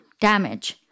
damage